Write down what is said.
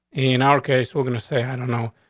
in our case, we're gonna say, i don't know,